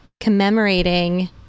commemorating